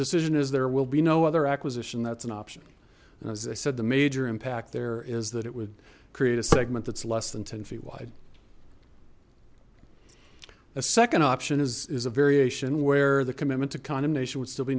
decision is there will be no other acquisition that's an option and as i said the major impact there is that it would create a segment that's less than ten feet wide a second option is a variation where the commitment to condemnation would still be